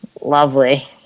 Lovely